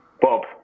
Bob